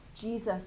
Jesus